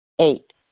Eight